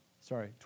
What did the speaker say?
Sorry